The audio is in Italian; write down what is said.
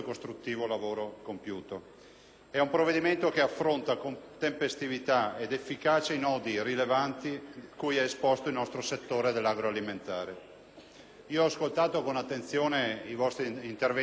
di un provvedimento che affronta con tempestività ed efficacia i nodi rilevanti cui è esposto il nostro settore agroalimentare. Ho ascoltato con attenzione (al video e di persona)